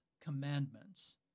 commandments